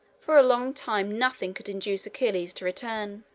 for a long time nothing could induce achilles to return.